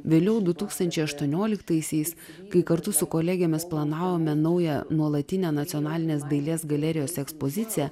vėliau du tūkstančiai aštuonioliktaisiais kai kartu su kolegėmis planavome naują nuolatinę nacionalinės dailės galerijos ekspoziciją